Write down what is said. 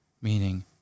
meaning